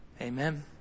Amen